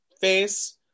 face